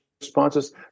responses